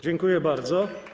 Dziękuję bardzo.